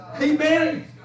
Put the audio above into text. Amen